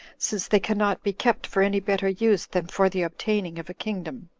since they cannot be kept for any better use than for the obtaining of a kingdom.